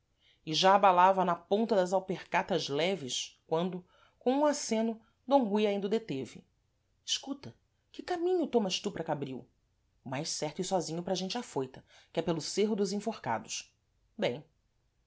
e já abalava na ponta das alpercatas leves quando com um acêno d rui ainda o deteve escuta que caminho tomas tu para cabril o mais certo e sòzinho para gente afoita que é pelo cêrro dos enforcados bem